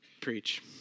preach